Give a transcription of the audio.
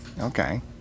Okay